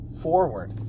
forward